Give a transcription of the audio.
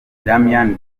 damien